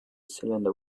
cylinder